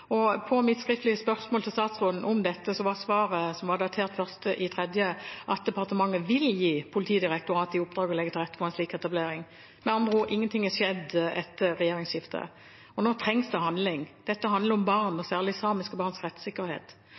På mitt skriftlige spørsmål til statsråden om dette var svaret, som var datert 1. mars, at departementet vil gi Politidirektoratet i oppdrag å legge til rette for en slik etablering. Med andre ord: Ingenting har skjedd etter regjeringsskiftet, og nå trengs det handling. Dette handler om barn, og særlig samiske barns rettssikkerhet,